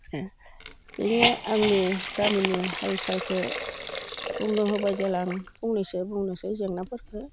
बियो आंनि गामिनि हाल सालखौ बुंनो होबाय जेब्ला आं फंनैसो बुंनोसै जेंनाफोरखौ